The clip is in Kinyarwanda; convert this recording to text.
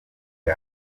bwa